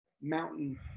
Mountain